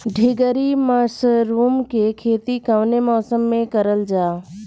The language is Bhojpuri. ढीघरी मशरूम के खेती कवने मौसम में करल जा?